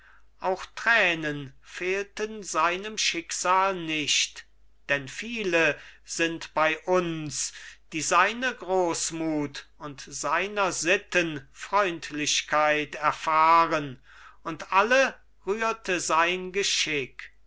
auch tränen fehlten seinem schicksal nicht denn viele sind bei uns die seine großmut und seiner sitten freundlichkeit erfahren und alle rührte sein geschick